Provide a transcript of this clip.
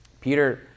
Peter